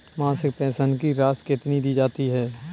मासिक पेंशन की राशि कितनी दी जाती है?